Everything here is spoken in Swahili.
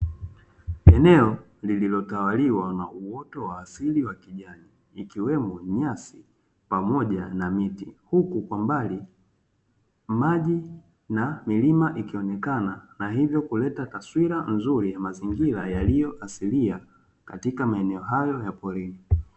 Eneo lililotawaliwa na uwoto wa asili wa kijani, ikiwemo nyasi pamoja na miti, huku kwa mbali maji na milima kuoneka na hivyo kuleta taswira nzuri ya mazingira yaliyo asilia katika maeneo hayo ya porini.